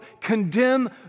condemn